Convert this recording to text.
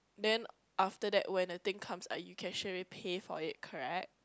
then after that when the thing comes you can straight away pay for it correct